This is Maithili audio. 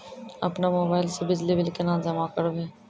अपनो मोबाइल से बिजली बिल केना जमा करभै?